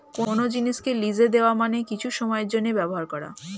কোন জিনিসকে লিজে দেওয়া মানে কিছু সময়ের জন্যে ব্যবহার করা